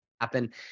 happen